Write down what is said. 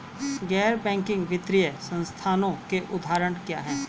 गैर बैंक वित्तीय संस्थानों के उदाहरण क्या हैं?